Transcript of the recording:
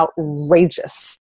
outrageous